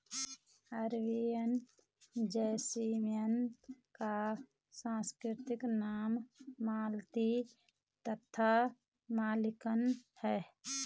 Arabian jasmine का संस्कृत नाम मालती तथा मल्लिका है